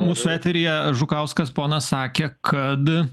mūsų eteryje žukauskas ponas sakė kad